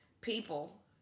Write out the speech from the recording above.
people